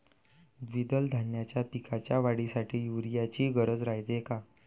द्विदल धान्याच्या पिकाच्या वाढीसाठी यूरिया ची गरज रायते का?